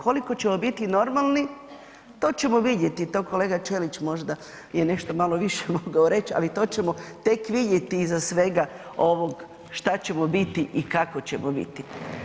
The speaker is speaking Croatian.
Koliko ćemo biti normalni, to ćemo vidjeti, to kolega Ćelić je možda nešto malo više mogao reć, ali to ćemo tek vidjeti iza svega ovog šta ćemo biti i kako ćemo biti.